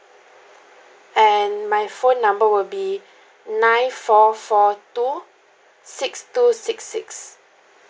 and my phone number will be nine four four two six two six six